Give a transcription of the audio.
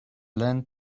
learned